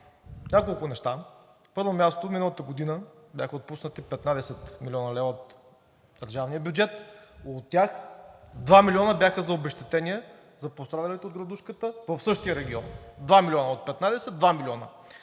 Няколко неща. На първо място, миналата година бяха отпуснати 15 млн. лв. от държавния бюджет, като от тях два милиона бяха за обезщетения за пострадалите от градушката в същия регион. Два милиона!